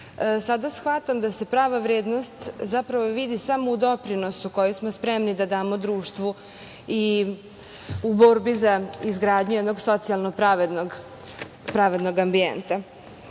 sada shvatam da se prava vrednost zapravo vidi samo u doprinosu koji smo spremni da damo društvu i u borbi za izgradnju jednog socijalno pravednog ambijenta. Zato